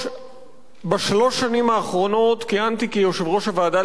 בשלוש השנים האחרונות כיהנתי כיושב-ראש הוועדה לסביבה ובריאות בכנסת.